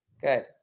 Good